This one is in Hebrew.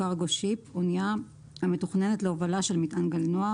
cargo ship אנייה המתוכננת להובלה של מטען גלנוע.